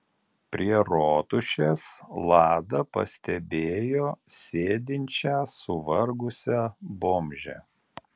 prie rotušės lada pastebėjo sėdinčią suvargusią bomžę